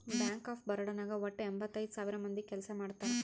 bank of Baroda ನಾಗ್ ವಟ್ಟ ಎಂಭತ್ತೈದ್ ಸಾವಿರ ಮಂದಿ ಕೆಲ್ಸಾ ಮಾಡ್ತಾರ್